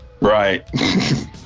Right